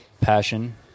passion